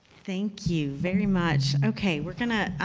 thank you very much. okay, we're gonna